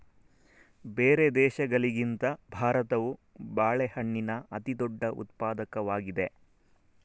ಬೇರೆ ದೇಶಗಳಿಗಿಂತ ಭಾರತವು ಬಾಳೆಹಣ್ಣಿನ ಅತಿದೊಡ್ಡ ಉತ್ಪಾದಕವಾಗಿದೆ